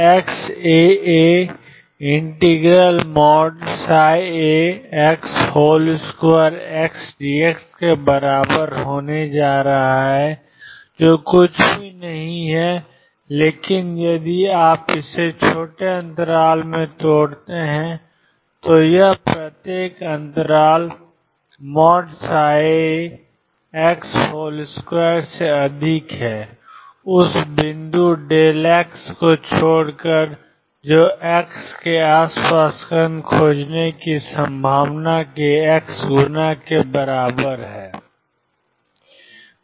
xαα ∫2xdx के बराबर होने जा रहा है जो कुछ भी नहीं है लेकिन यदि आप इसे छोटे अंतराल में तोड़ते हैं तो यह प्रत्येक अंतराल 2 से अधिक है उस बिंदुx को छोड़कर जो x के आसपास कण खोजने की संभावना के x गुना के बराबर है